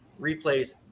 replays